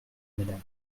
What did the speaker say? madame